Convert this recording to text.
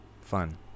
fun